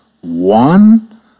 one